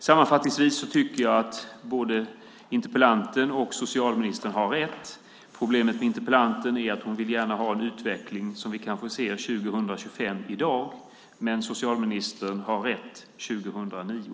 Sammanfattningsvis tycker jag att både interpellanten och socialministern har rätt. Problemet med interpellanten är att hon gärna vill ha en utveckling i dag som vi kanske ser 2025. Men socialministern har rätt - 2009.